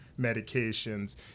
medications